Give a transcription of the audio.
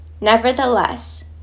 Nevertheless